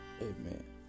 Amen